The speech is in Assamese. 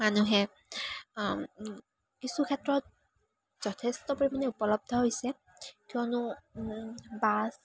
মানুহে কিছু ক্ষেত্ৰত যথেষ্ট পৰিমাণে উপলব্ধ হৈছে কিয়নো বাছ